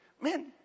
Man